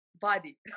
body